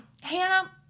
Hannah